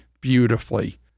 beautifully